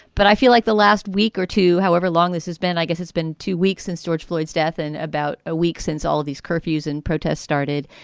but i feel like the last week or two, however long this has been, i guess it's been two weeks since george floyds death and about a week since all of these curfews and protests started.